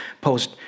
post